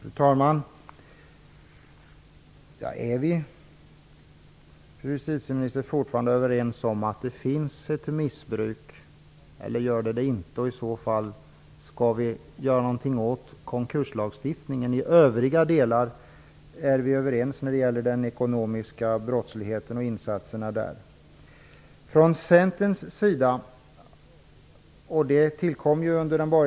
Fru talman! Är vi fortfarande överens, fru justitieministern, om att det finns ett missbruk? Eller finns det inte? Skall vi göra någonting åt konkurslagstiftningen? Vi är överens när det gäller den ekonomiska brottsligheten och insatserna mot den.